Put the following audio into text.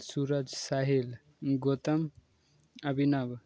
Suraj Sahil Gautam Abhinav